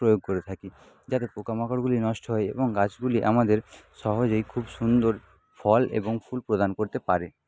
প্রয়োগ করে থাকি যাতে পোকামাকড়গুলি নষ্ট হয় এবং গাছগুলি আমাদের সহজেই খুব সুন্দর ফল এবং ফুল প্রদান করতে পারে